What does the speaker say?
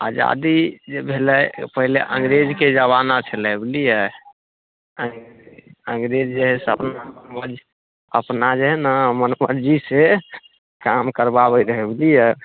आजादी जे भेलै पहिले अंग्रेजके जमाना छलै बुझलियै अंग्रेज जे है से अपना मन अपना जे है ने मनमर्जी से काम करबाबै रहै बुझलियै